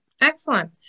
excellent